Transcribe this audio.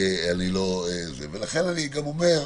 ולכן אני אומר,